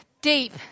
deep